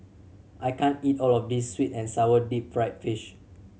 I can't eat all of this sweet and sour deep fried fish